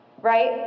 right